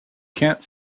can’t